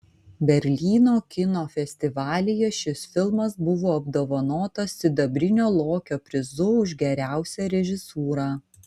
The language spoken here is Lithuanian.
berlyno kino festivalyje šis filmas buvo apdovanotas sidabrinio lokio prizu už geriausią režisūrą